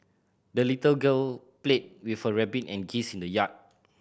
the little girl played with her rabbit and geese in the yard